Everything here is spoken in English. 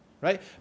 Right